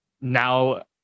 now